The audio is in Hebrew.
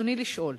רצוני לשאול: